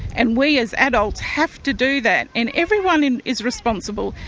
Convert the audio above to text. and we as adults have to do that and everyone and is responsible,